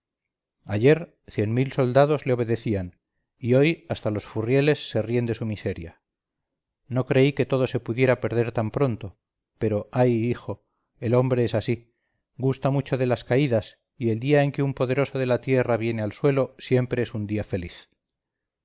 ayer cien mil soldados le obedecían y hoy hasta los furrieles se ríen de su miseria no creí que todo se pudiera perder tanpronto pero ay hijo el hombre es así gusta mucho de las caídas y el día en que un poderoso de la tierra viene al suelo siempre es un día feliz